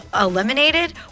eliminated